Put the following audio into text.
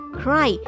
cry